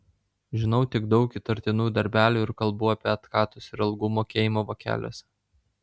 žinau tik daug įtartinų darbelių ir kalbų apie atkatus ir algų mokėjimą vokeliuose